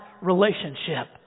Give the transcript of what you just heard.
relationship